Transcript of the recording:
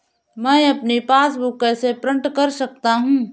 मैं अपनी पासबुक कैसे प्रिंट कर सकता हूँ?